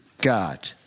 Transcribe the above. God